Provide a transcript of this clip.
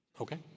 okay